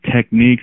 techniques